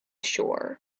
shore